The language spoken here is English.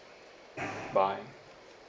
bye